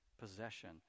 possession